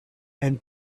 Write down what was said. and